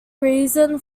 reason